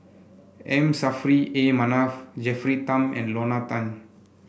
M Saffri A Manaf Jennifer Tham and Lorna Tan